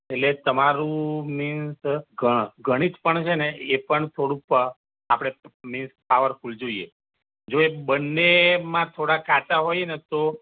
એટલે તમારું મીન્સ ગ ગણિત પણ છેને એ પણ થોડુક આપણે મીન્સ પાવરફુલ જોઈએ જો એ બંનેમાં થોડા કાચા હોઈએને તો